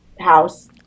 house